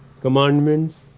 commandments